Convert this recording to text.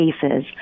cases